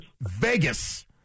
Vegas